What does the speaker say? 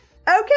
Okay